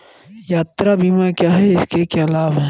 यात्रा बीमा क्या है इसके क्या लाभ हैं?